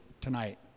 tonight